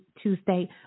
Tuesday